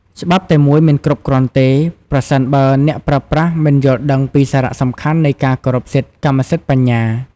ច្បាប់តែមួយមិនគ្រប់គ្រាន់ទេ ប្រសិនបើអ្នកប្រើប្រាស់មិនយល់ដឹងពីសារៈសំខាន់នៃការគោរពសិទ្ធិកម្មសិទ្ធិបញ្ញា។